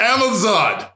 Amazon